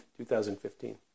2015